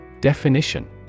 Definition